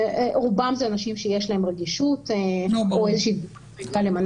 רובם זה אנשים שיש להם רגישות או איזה שהיא תגובה למנה